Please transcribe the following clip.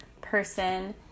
person